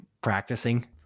practicing